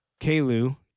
Kalu